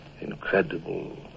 incredible